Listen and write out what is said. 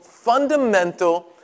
Fundamental